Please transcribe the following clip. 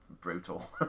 brutal